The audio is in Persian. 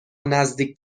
نزدیک